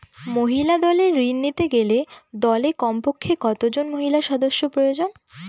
মহিলা দলের ঋণ নিতে গেলে দলে কমপক্ষে কত জন মহিলা সদস্য প্রয়োজন?